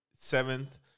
seventh